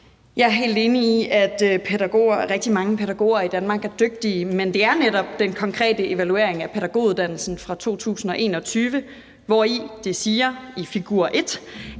Jeg er helt enig i, at rigtig mange pædagoger i Danmark er dygtige. Men i den konkrete evaluering af pædagoguddannelsen fra 2021 siger man i figur 1,